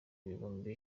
ibihumbi